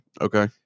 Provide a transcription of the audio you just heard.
Okay